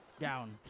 down